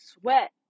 sweat